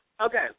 Okay